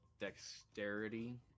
dexterity